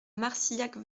marcillac